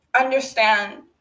understand